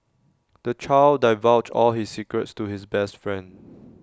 the child divulged all his secrets to his best friend